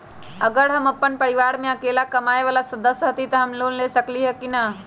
अगर हम अपन परिवार में अकेला कमाये वाला सदस्य हती त हम लोन ले सकेली की न?